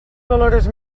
valores